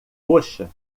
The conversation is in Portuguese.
roxa